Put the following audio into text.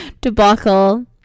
debacle